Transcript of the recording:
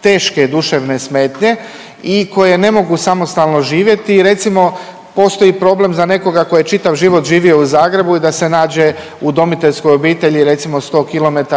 teške duševne smetnje i koje ne mogu samostalno živjeti. Recimo postoji problem za nekoga tko je čitav život živio u Zagrebu i da se nađe u udomiteljskoj obitelji, recimo 100 km